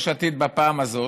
יש עתיד בפעם הזאת,